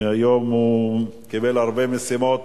שהיום קיבל הרבה משימות